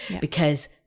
because-